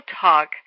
talk